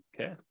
Okay